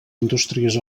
indústries